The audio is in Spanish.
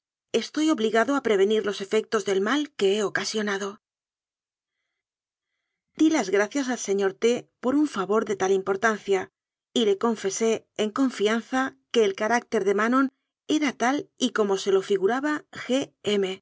estoy obligado a prevenir los efectos del mal que he ocasionado di las gracias al señor t por un favor detal importancia y le confesé en confianza que el carácter de manon era tal y como se lo figuraba